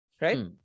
Right